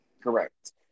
correct